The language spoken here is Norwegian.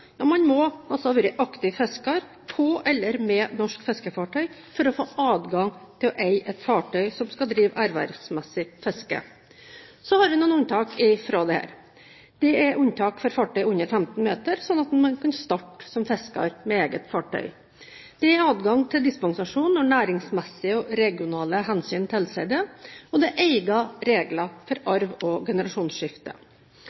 man må altså ha vært aktiv fisker på eller med norsk fiskefartøy for å få adgang til å eie et fartøy som skal drive ervervsmessig fiske. Så har vi noen unntak fra dette. Det er unntak for fartøy under 15 meter for å kunne starte som fisker med eget fartøy. Det er adgang til dispensasjon når «næringsmessige og regionale hensyn tilsier det», og det er egne regler for